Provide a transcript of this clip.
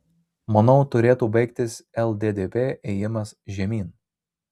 manau turėtų baigtis lddp ėjimas žemyn